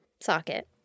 socket